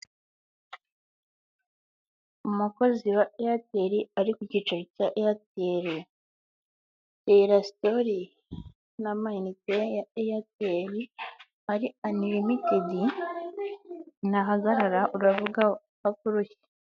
Umukozi wa eyateri ari ku cyicaro cya eyateri terastori n'amayinute ya eyateri ari anirimitidi ntahagarara uravuga paka urushye.